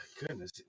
Goodness